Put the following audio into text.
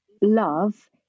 love